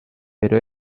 pero